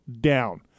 down